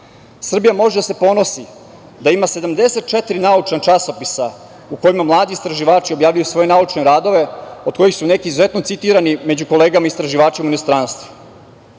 može da se ponosi da ima 74 naučna časopisa u kojima mladi istraživači objavljuju svoje naučne radove, od kojih su neki izuzetno citirani među kolegama istraživačima u inostranstvu.Međutim,